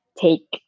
take